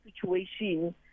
situation